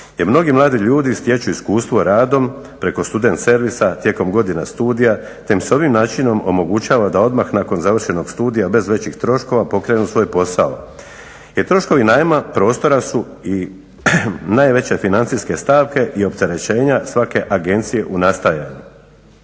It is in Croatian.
mnogi mladi ljudi stječu iskustvo radom preko student servisa tijekom godina studija te im se ovim načinom omogućava da odmah nakon završenog studija bez većih troškova pokrenu svoj posao. Jer troškovi najma prostora su i najveće financijske stavke i opterećenja svake agencije u nastajanju.